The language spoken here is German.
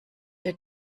der